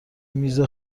میز